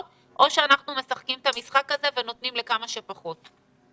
או שאנחנו משחקים את המשחק הזה ונותנים לכמה שפחות.